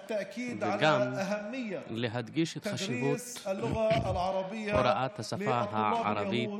וגם להדגיש את חשיבות הוראת השפה הערבית